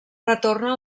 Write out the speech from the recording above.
retorna